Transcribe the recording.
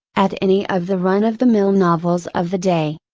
at any of the run of the mill novels of the day.